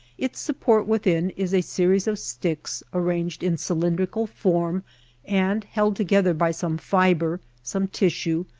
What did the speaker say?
its support within is a se ries of sticks arranged in cylindrical form and held together by some fibre, some tissue,